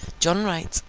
john wright,